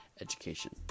education